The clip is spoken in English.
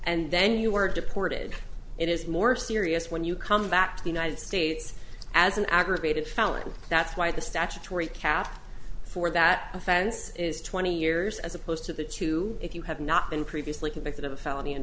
and then you are deported it is more serious when you come back to the united states as an aggravated felony that's why the statutory cap for that offense is twenty years as opposed to the two if you have not been previously convicted of a felony and